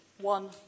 one